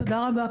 תודה רבה,